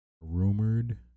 rumored